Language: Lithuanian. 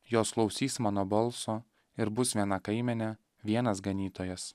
jos klausys mano balso ir bus viena kaimenė vienas ganytojas